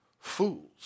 fools